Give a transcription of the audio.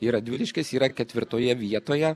ir radviliškis yra ketvirtoje vietoje